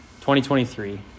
2023